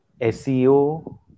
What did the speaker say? SEO